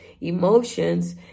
emotions